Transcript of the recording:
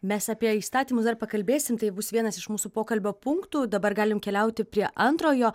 mes apie įstatymus dar pakalbėsim tai bus vienas iš mūsų pokalbio punktų dabar galim keliauti prie antrojo